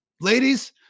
ladies